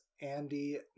Andy